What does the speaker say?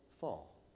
fall